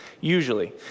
usually